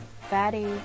Fatty